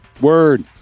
Word